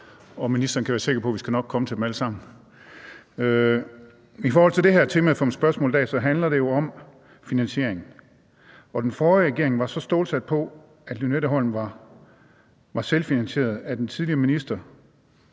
og ministeren kan være sikker på, at vi nok skal komme til dem alle sammen. I forhold til temaet for mit spørgsmål i dag handler det jo om finansieringen. Den forrige regering var så stålsat på, at Lynetteholmen var selvfinansieret, at den tidligere minister